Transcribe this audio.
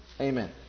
Amen